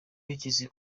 bigeze